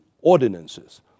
ordinances